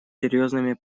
серьезными